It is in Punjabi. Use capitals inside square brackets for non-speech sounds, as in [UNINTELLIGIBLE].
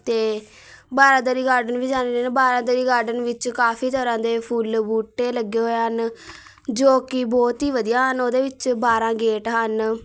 ਅਤੇ ਬਾਰਾਦਰੀ ਗਾਰਡਨ ਵੀ [UNINTELLIGIBLE] ਬਾਰਾਦਰੀ ਗਾਰਡਨ ਵਿੱਚ ਕਾਫੀ ਤਰ੍ਹਾਂ ਦੇ ਫੁੱਲ ਬੂਟੇ ਲੱਗੇ ਹੋਏ ਹਨ ਜੋ ਕਿ ਬਹੁਤ ਹੀ ਵਧੀਆ ਹਨ ਉਹਦੇ ਵਿੱਚ ਬਾਰਾਂ ਗੇਟ ਹਨ